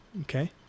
Okay